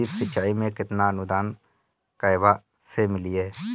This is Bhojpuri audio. ड्रिप सिंचाई मे केतना अनुदान कहवा से मिली?